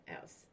else